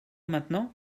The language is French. maintenant